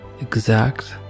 exact